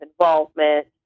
involvement